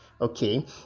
Okay